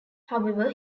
however